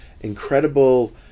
incredible